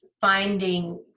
finding